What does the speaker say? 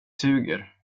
suger